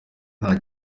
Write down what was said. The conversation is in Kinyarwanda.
nta